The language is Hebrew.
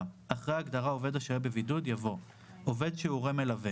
(7)אחרי ההגדרה "עובד השוהה בבידוד" יבוא: ""עובד שהוא הורה מלווה"